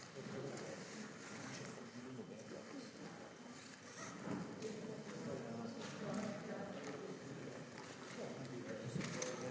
Hvala